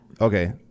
Okay